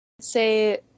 Say